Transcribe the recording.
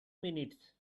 minutes